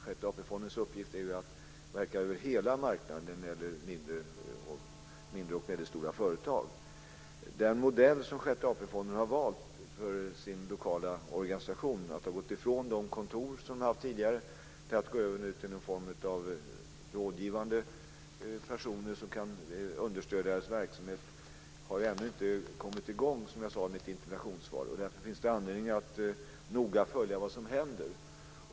Sjätte AP-fondens uppgift är att verka över hela marknaden när det gäller mindre och medelstora företag. Den modell som Sjätte AP-fonden har valt för sin lokala organisation att gå ifrån de kontor som den haft tidigare till att gå över till en ny form av rådgivande personer som kan understödja dess verksamhet har ännu inte kommit i gång, som jag sade i mitt interpellationssvar. Därför finns det anledning att noga följa vad som händer.